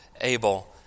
Abel